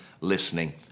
listening